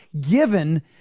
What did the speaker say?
given